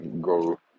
go